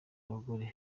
abagore